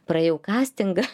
praėjau kastingą